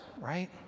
right